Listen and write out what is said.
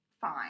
fine